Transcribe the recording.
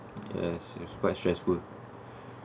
yes it's quite stressful